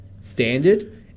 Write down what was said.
standard